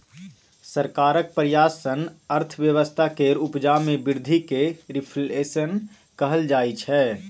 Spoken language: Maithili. सरकारक प्रयास सँ अर्थव्यवस्था केर उपजा मे बृद्धि केँ रिफ्लेशन कहल जाइ छै